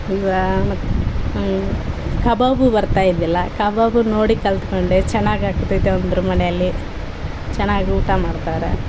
ಈಗ ಮ ಕಬಾಬು ಬರ್ತಾ ಇದ್ದಿಲ್ಲ ಕಬಾಬು ನೋಡಿ ಕಲಿತ್ಕೊಂಡೆ ಚೆನ್ನಾಗ್ ಆಗ್ತಿದೆ ಅಂದರು ಮನೆಯಲ್ಲಿ ಚೆನ್ನಾಗ್ ಊಟ ಮಾಡ್ತಾರೆ